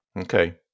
Okay